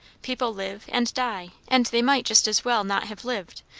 people live, and die and they might just as well not have lived,